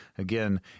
Again